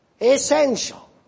essential